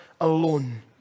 alone